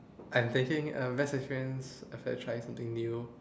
I'm thinking uh best experience after trying something new